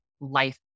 life